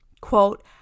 Quote